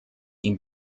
ihm